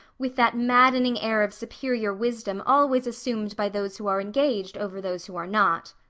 with that maddening air of superior wisdom always assumed by those who are engaged over those who are not.